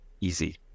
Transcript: easy